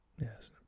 yes